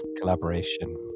collaboration